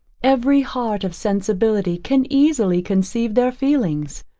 every heart of sensibility can easily conceive their feelings.